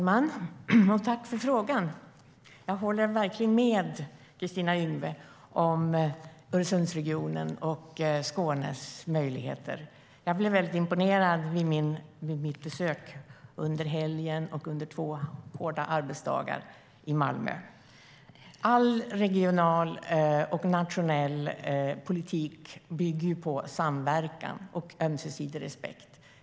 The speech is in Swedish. Fru talman! Tack för frågan! Jag håller verkligen med Kristina Yngwe om Öresundsregionens och Skånes möjligheter. Jag blev mycket imponerad vid mitt besök under helgen med två hårda arbetsdagar i Malmö. All regional och nationell politik bygger på samverkan och ömsesidig respekt.